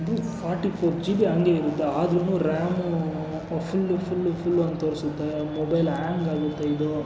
ಇದು forty four G B ಹಾಗೇ ಇರುತ್ತೆ ಆದ್ರೂ ರ್ಯಾಮು ಫುಲ್ಲು ಫುಲ್ಲು ಫುಲ್ಲು ಅಂತ ತೋರಿಸುತ್ತೆ ಮೊಬೈಲ್ ಹ್ಯಾಂಗಾಗುತ್ತೆ ಇದು